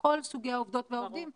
כל סוגי העובדות והעובדים,